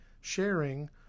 sharing